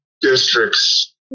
districts